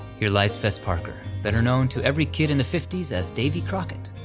here lies fess parker, better known to every kid in the fifty s as davy crockett.